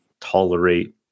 tolerate